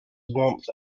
warmth